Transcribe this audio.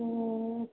हुँ